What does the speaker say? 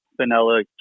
vanilla